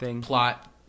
plot